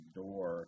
door